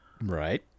Right